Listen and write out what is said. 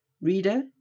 Reader